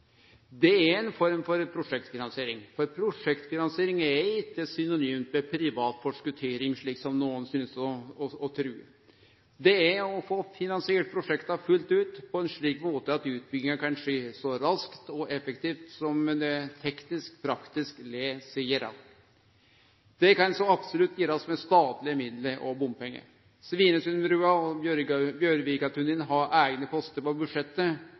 Det er ei form for prosjektfinansiering. Prosjektfinansiering er ikkje synonymt med privat forskottering, slik som nokon synest å tru. Det er å få oppfinansiert prosjekta fullt ut på ein slik måte at utbygginga kan skje så raskt og effektivt som det teknisk-praktisk lèt seg gjere. Det kan så absolutt gjerast med statlege midlar og bompengar. Svinesundbrua og Bjørvikatunnelen har eigne postar på budsjettet,